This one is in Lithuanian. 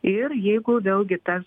ir jeigu vėlgi tas